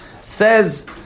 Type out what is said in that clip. Says